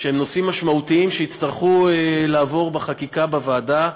והם נושאים משמעותיים שיצטרכו לעבור בחקיקה בוועדה.